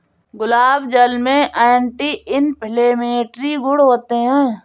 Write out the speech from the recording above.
गुलाब जल में anti inflammatory गुण होते हैं